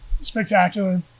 spectacular